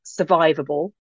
survivable